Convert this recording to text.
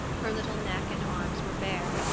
her little neck and arms were bare,